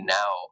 now